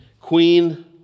Queen